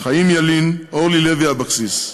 חיים ילין ואורלי לוי אבקסיס,